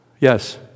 yes